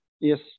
Yes